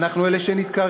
אנחנו אלה שנדקרים,